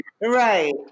Right